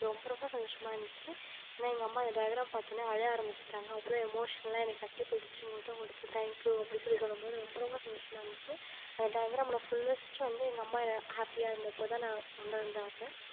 எனக்கு ரொம்ப ரொம்ப சந்தோஷமாக இருந்துச்சு ஏன்னா எங்கள் அம்மா அந்த டையக்ராம் பார்த்தோன்னே அழ ஆரமிச்சிவிட்டாங்க அப்படியே எமோஷ்னலாக என்னைனயை கட்டிப்பிடிச்சி முத்தம் கொடுத்து தேங்க் யூ அப்படி சொல்லி சொல்லும்போது ரொம்ப ரொம்ப சந்தோஷமாக இருந்துச்சு அந்த டையக்ராம் ஓட ஃபுல்லஸ்ட்டு வந்து எங்கள் அம்மா என்ன ஹாப்பியாக இருந்தப்போ தான் நான் உணர்ந்தேன் அதை